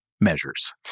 measures